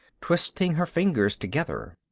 twisting her fingers together.